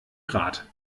grat